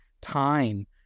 time